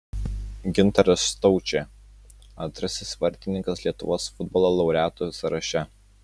gintaras staučė antrasis vartininkas lietuvos futbolo laureatų sąraše